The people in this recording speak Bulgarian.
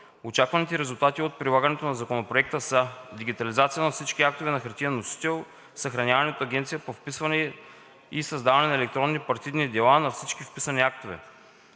Очакваните резултати от прилагането на законопроекта са: - дигитализация на всички актове на хартиен носител, съхранявани от Агенцията по вписванията, и създаване на електронни партидни дела на всички вписани актове;